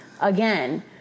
Again